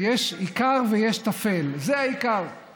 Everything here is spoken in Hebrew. זה, החשוב בסוף, יש עיקר ויש תפל, וזה העיקר.